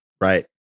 Right